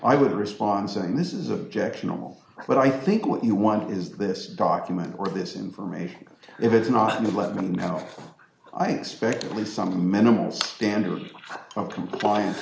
i would respond saying this is objectionable but i think what you want is this document or this information if it's not in the moment i expect at least some animals standard complian